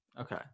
okay